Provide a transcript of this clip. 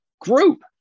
group